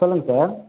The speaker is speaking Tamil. சொல்லுங்கள் சார்